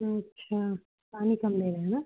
तो अच्छा पानी कम दे रहा है ना